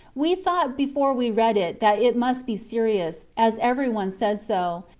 we thought before we read it that it must be serious, as everybody said so,